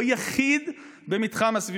הוא היחיד במתחם הסבירות.